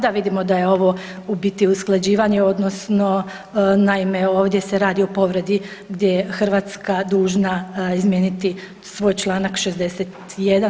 Pa da vidimo da je ovo u biti usklađivanje odnosno naime ovdje se radi o povredi gdje je Hrvatska dužna izmijeniti svoj Članak 61.